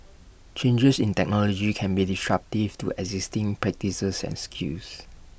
changes in technology can be disruptive to existing practices and skills